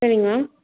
சரிங்க மேம்